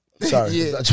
Sorry